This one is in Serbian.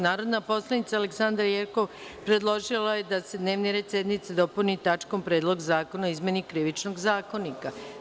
Narodna poslanica Aleksandra Jerkov predložila je da se dnevni red sednice dopuni tačkom - Predlog zakona o izmeni Krivičnog zakonika.